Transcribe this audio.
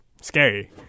scary